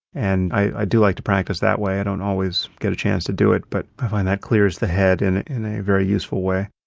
and i do like to practice that way. i don't always get a chance to do it, but i find that clears the head in in a very useful way.